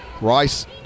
Rice